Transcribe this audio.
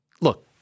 look